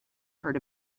heard